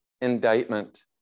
indictment